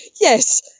yes